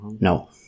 No